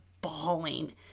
bawling